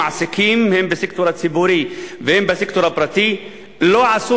המעסיקים הן בסקטור הציבורי והן בסקטור הפרטי לא עשו